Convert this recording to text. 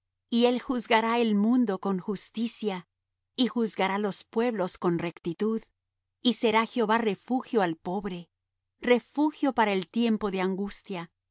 y él juzgará el mundo con justicia y juzgará los pueblos con rectitud y será jehová refugio al pobre refugio para el tiempo de angustia